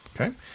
Okay